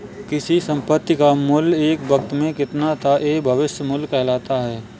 किसी संपत्ति का मूल्य एक वक़्त में कितना था यह भविष्य मूल्य कहलाता है